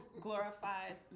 glorifies